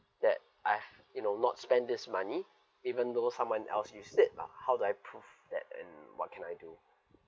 that I've you know not spend this money even though someone else use it lah how do I prove that and what can I do